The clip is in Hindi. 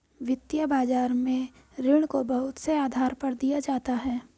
वित्तीय बाजार में ऋण को बहुत से आधार पर दिया जाता है